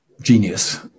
genius